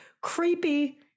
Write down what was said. creepy